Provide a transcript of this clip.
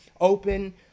open